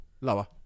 Lower